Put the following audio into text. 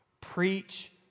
Preach